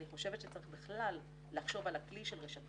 אני חושבת שצריך בכלל לחשוב על הכלי של רשתות